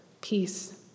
peace